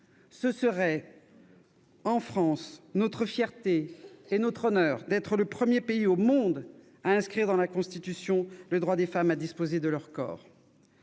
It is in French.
Ce serait notre fierté et notre honneur que d'être le premier pays au monde à inscrire dans sa Constitution le droit des femmes à disposer de leur corps.